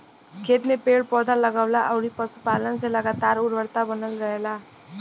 खेत में पेड़ पौधा, लगवला अउरी पशुपालन से लगातार उर्वरता बनल रहेला